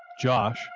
Josh